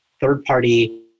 third-party